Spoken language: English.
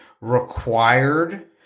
required